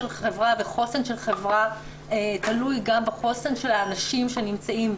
חברה וחוסן של חברה תלוי גם בחוסן של האנשים שנמצאים,